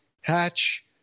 Hatch